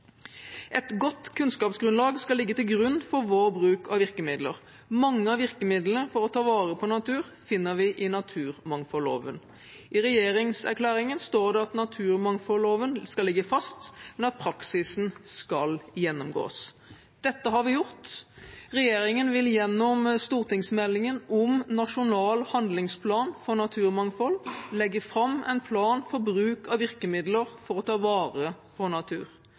Et godt kunnskapsgrunnlag skal ligge til grunn for vår bruk av virkemidler. Mange av virkemidlene for å ta vare på natur finner vi i naturmangfoldloven. I regjeringserklæringen står det at naturmangfoldloven skal ligge fast, men at praksisen skal gjennomgås. Dette har vi gjort. Regjeringen vil gjennom stortingsmeldingen om nasjonal handlingsplan for naturmangfold legge fram en plan for bruk av virkemidler for å ta vare på natur.